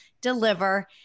deliver